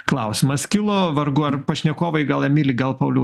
klausimas kilo vargu ar pašnekovai gal emili gal pauliau